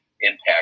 impact